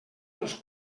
dels